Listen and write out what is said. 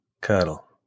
cuddle